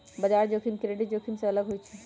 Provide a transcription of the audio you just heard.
बजार जोखिम क्रेडिट जोखिम से अलग होइ छइ